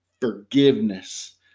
forgiveness